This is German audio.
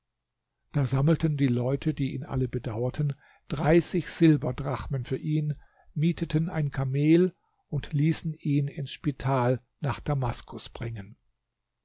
da sammelten die leute die ihn alle bedauerten dreißig silberdrachmen für ihn mieteten ein kamel und ließen ihn ins spital nach damaskus bringen